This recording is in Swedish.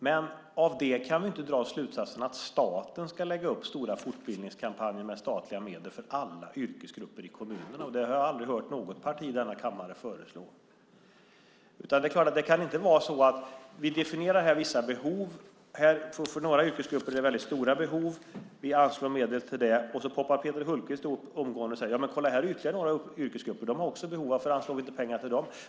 Men av det kan vi inte dra slutsatsen att staten ska lägga upp stora fortbildningskampanjer med statliga medel för alla yrkesgrupper i kommunerna, och det har jag aldrig hört något parti i denna kammare föreslå. Vi definierar här vissa behov. För några yrkesgrupper är behoven väldigt stora och vi anslår medel till det. Sedan poppar Peter Hultqvist omgående upp och säger: Men kolla, här är ytterligare några yrkesgrupper som också har behov. Varför anslår vi inte pengar till dem?